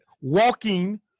walking